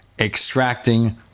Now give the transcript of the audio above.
extracting